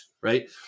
Right